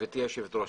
גברתי היושבת ראש,